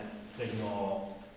signal